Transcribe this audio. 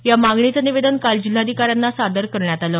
या मागणीचं निवेदन काल जिल्हाधिकाऱ्यांना सादर करण्यात आलं